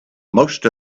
most